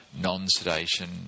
non-sedation